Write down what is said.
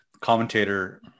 commentator